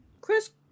chris